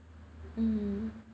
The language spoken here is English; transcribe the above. hmm